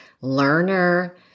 learner